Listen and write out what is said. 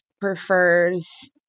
prefers